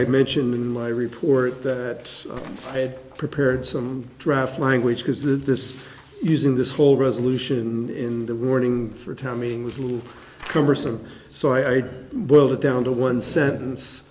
i mentioned in my report that i had prepared some draft language because that this using this whole resolution in the wording for timing was a little cumbersome so i will get down to one sentence